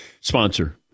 Sponsor